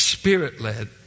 Spirit-led